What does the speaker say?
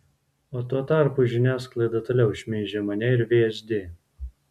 o tuo tarpu žiniasklaida toliau šmeižia mane ir vsd